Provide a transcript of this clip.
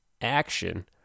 Action